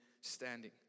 standing